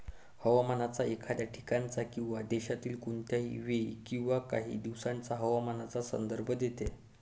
हवामान एखाद्या ठिकाणाच्या किंवा देशातील कोणत्याही वेळी किंवा काही दिवसांच्या हवामानाचा संदर्भ देते